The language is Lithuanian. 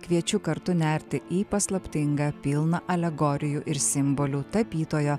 kviečiu kartu nerti į paslaptingą pilną alegorijų ir simbolių tapytojo